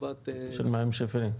לטובת --- של מים שפירים?